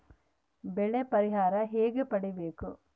ಬೆಳೆ ಪರಿಹಾರ ಹೇಗೆ ಪಡಿಬೇಕು?